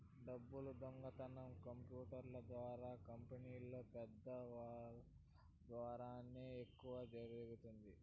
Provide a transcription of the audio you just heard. డబ్బులు దొంగతనం కంప్యూటర్ల ద్వారా కంపెనీలో పెద్దల ద్వారానే ఎక్కువ జరుగుతుంది